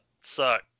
suck